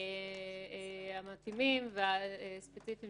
המתאימים והספציפיים